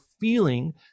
feeling